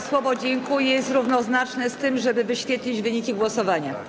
Słowo „dziękuję” jest równoznaczne z wezwaniem, żeby wyświetlić wyniki głosowania.